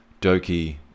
Doki